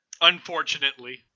Unfortunately